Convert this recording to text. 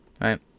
right